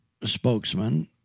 spokesman